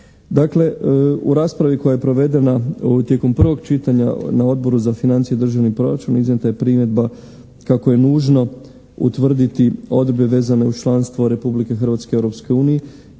Dakle u raspravi koja je provedena tijekom prvog čitanja na Odboru za financije i državni proračun iznijeta je primjedba kako je nužno utvrditi odredbe vezane uz članstvo Republike Hrvatske u Europskoj uniji